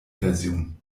version